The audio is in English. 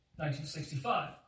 1965